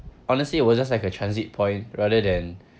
honestly it was just like a transit point rather than